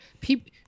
People